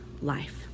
life